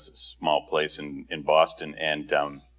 small place in in boston. and